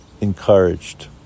encouraged